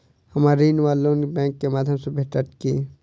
हमरा ऋण वा लोन बैंक केँ माध्यम सँ भेटत की?